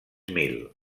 mil